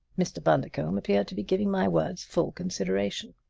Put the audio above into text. mr. bundercombe appeared to be giving my words full consideration.